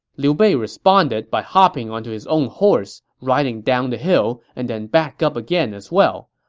liu bei responded by hopping onto his own horse, riding down the hill and then back up again as well.